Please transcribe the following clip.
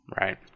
Right